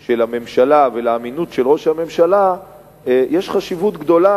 של הממשלה ולאמינות של ראש הממשלה יש חשיבות גדולה